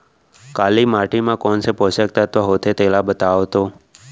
काली माटी म कोन से पोसक तत्व होथे तेला बताओ तो?